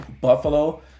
Buffalo